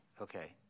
Okay